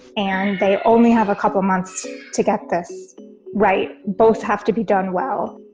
and they only have a couple of months to get this right. both have to be done well,